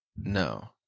No